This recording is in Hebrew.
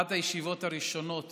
אחת הישיבות הראשונות